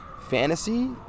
fantasy